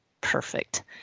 Perfect